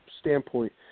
standpoint